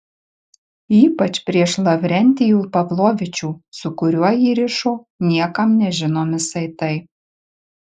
ypač prieš lavrentijų pavlovičių su kuriuo jį rišo niekam nežinomi saitai